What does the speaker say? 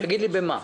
תגיד לי במה.